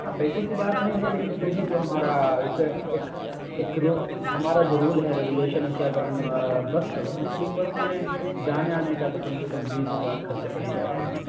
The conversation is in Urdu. ہاں پیسے کی بات نہیں ہے لیکن پھر بھی جو ہمارا ایک ایک ایک رول ہمارا جو رول ہے ریوولیشن ہے کہ اگر ہم بس کرتے ہیں تو بس میں جانے آنے کا تو کم سے کم بیس ہزار خرچے پڑ ہی جاتے ہیں